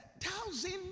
thousand